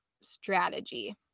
strategy